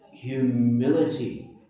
Humility